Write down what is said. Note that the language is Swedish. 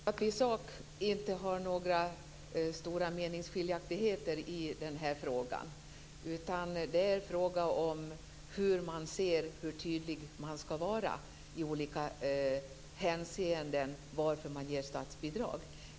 Herr talman! Jag tror inte att vi i sak har några stora meningsskiljaktigheter i denna fråga. Det är fråga om hur man ser på frågan om hur tydlig man skall vara när det gäller anledningen till att man ger statsbidrag.